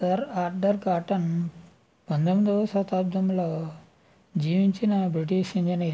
sir Arthur Cotton పంతొమ్మిదొవ శతాబ్దంలో జీవించిన బ్రిటిష్ ఇంజనీర్